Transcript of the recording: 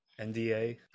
NDA